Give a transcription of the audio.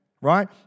right